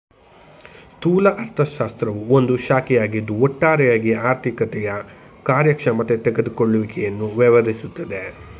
ಸ್ಥೂಲ ಅರ್ಥಶಾಸ್ತ್ರವು ಒಂದು ಶಾಖೆಯಾಗಿದ್ದು ಒಟ್ಟಾರೆಯಾಗಿ ಆರ್ಥಿಕತೆಯ ಕಾರ್ಯಕ್ಷಮತೆ ತೆಗೆದುಕೊಳ್ಳುವಿಕೆಯನ್ನು ವ್ಯವಹರಿಸುತ್ತೆ